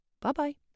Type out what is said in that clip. Bye-bye